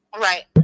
Right